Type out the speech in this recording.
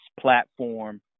platform